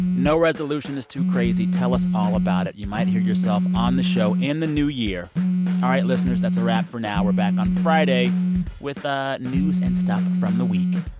no resolution is too crazy. tell us all about it. you might hear yourself on the show in the new year all right, listeners. that's a wrap for now. we're back on friday with ah news and stuff from the week.